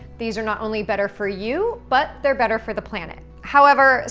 these are not only better for you, but they're better for the planet. however, ah